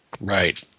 right